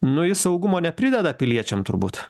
nu jis saugumo neprideda piliečiam turbūt